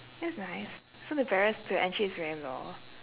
that's nice so the barriers to entry is very low